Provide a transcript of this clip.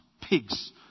pigs